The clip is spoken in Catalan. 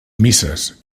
misses